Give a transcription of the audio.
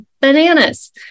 bananas